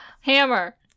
Hammer